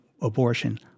abortion